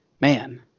man